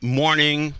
morning